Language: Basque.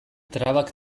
trabak